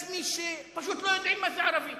יש מי שפשוט לא יודעים מה זה ערבית.